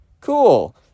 Cool